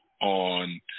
on